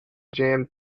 jammed